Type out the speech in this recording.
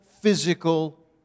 physical